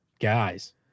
guys